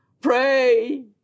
Pray